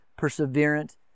perseverant